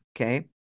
Okay